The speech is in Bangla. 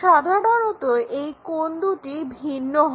সাধারণত এই কোণ দুটি ভিন্ন হয়